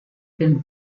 been